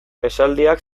esaldiak